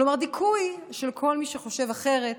כלומר דיכוי של כל מי שחושב אחרת,